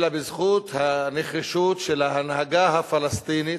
אלא בזכות הנחישות של ההנהגה הפלסטינית.